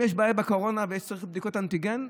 אם יש בעיה בקורונה וצריך בדיקות אנטיגן,